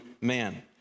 man